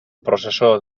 processó